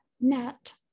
net